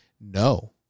no